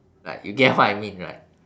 like you get what I mean right